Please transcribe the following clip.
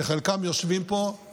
שחלקם יושבים פה.